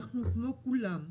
אנחנו כמו כולם.